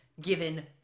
given